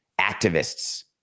Activists